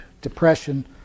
depression